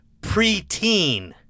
preteen